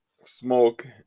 smoke